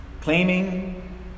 claiming